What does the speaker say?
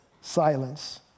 silence